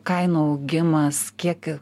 kainų augimas kiek